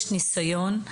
יש ניסיון,